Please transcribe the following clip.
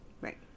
Right